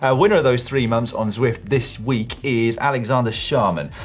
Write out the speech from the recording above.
ah winner of those three months on zwift this week is alexander sharman,